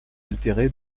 altéré